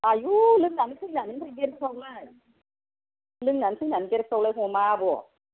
आयु लोंनानै फैनानै ओमफ्राय गेट फोरावलाय लोंनानै फैनानै गेटफोरावलाय हमा आब'